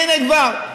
הינה, כבר.